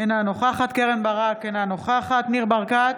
אינה נוכחת קרן ברק, אינה נוכחת ניר ברקת,